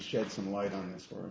shed some light on this for